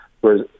whereas